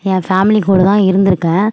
ஏன் ஃபேமிலி கூட தான் இருந்துருக்கேன்